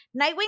Nightwing